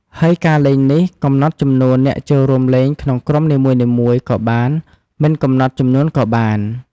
ហើយការលេងនេះ កំណត់ចំនួនអ្នកចូលរួមលេងក្នុងក្រុមនីមួយៗក៏បានមិនកំណត់ចំនួនក៏បាន។